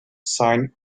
sign